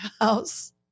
house